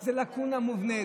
זאת לקונה מובנית,